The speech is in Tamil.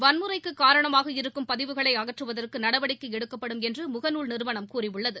வன்முறைக்குக் காரணமாக இருக்கும் பதிவுகளை அகற்றுவதற்கு நடவடிக்கை எடுக்கப்படும் என்று முகநூல் நிறுவனம் கூறியுள்ளது